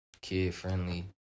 kid-friendly